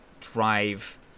drive